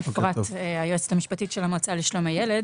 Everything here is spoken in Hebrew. אפרת, היועצת המשפטית של המועצה לשלום הילד.